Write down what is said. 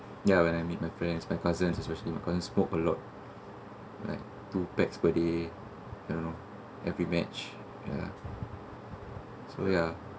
ya when I meet my friends my cousins especially my cousins smoke a lot like two packs per day I don't know every match ya so ya